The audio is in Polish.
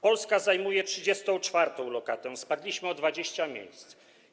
Polska zajmuje 34. lokatę, spadliśmy o 20 miejsc.